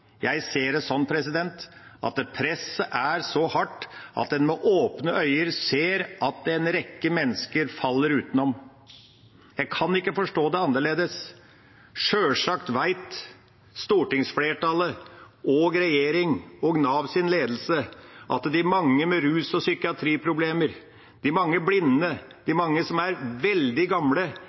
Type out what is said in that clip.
Jeg ser det sånn, at presset er så hardt at en med åpne øyne ser at en rekke mennesker faller utenom. Jeg kan ikke forstå det annerledes. Sjølsagt vet stortingsflertallet, regjeringa og Navs ledelse at de mange med rus- og psykiatriproblemer, de mange blinde, de mange som er veldig gamle,